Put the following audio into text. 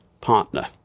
partner